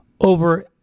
over